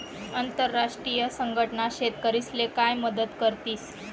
आंतरराष्ट्रीय संघटना शेतकरीस्ले काय मदत करतीस?